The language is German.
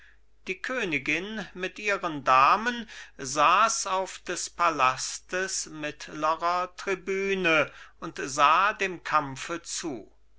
die königin mit ihren damen saß auf des palastes mittlerer tribune und sah dem kampfe zu